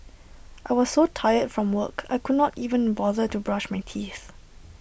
I was so tired from work I could not even bother to brush my teeth